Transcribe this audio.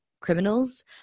criminals